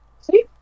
See